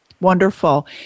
Wonderful